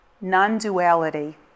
non-duality